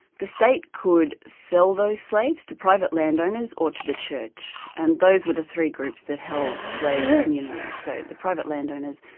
the state could sell those slaves to private land owners or to the church. and those were the three croups hat held slave communities so the private landowners,